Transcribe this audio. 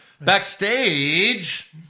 Backstage